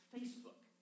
Facebook